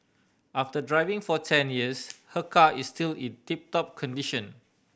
after driving for ten years her car is still in tip top condition